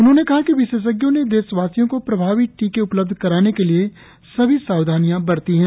उन्होंने कहा कि विशेषज्ञों ने देशवासियों को प्रभावी टीके उपलब्ध कराने के लिए सभी सावधानियां बरती हैं